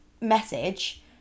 message